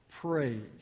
praise